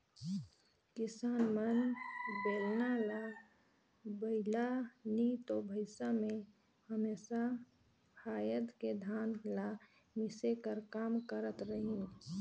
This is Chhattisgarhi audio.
किसान मन बेलना ल बइला नी तो भइसा मे हमेसा फाएद के धान ल मिसे कर काम करत रहिन